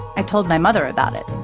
i told my mother about it.